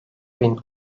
bin